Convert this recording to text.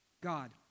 God